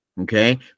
okay